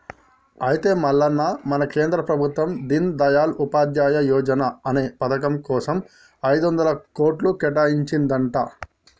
అయితే మల్లన్న మన కేంద్ర ప్రభుత్వం దీన్ దయాల్ ఉపాధ్యాయ యువజన అనే పథకం కోసం ఐదొందల కోట్లు కేటాయించిందంట